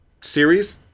series